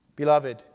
Beloved